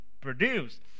produced